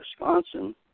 Wisconsin